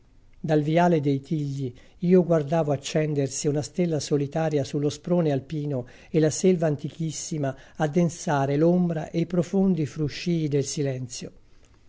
dal viale dei tigli io guardavo accendersi una stella solitaria sullo sprone alpino e la selva antichissima addensare l'ombra e i profondi fruscìi del silenzio